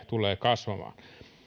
tulee kasvamaan